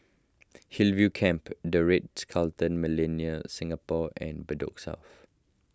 Hillview Camp the Ritz Carlton Millenia Singapore and Bedok South